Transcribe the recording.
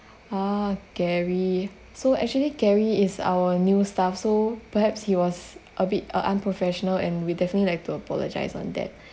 ah gary so actually gary is our new staff so perhaps he was a bit uh unprofessional and we definitely like to apologise on that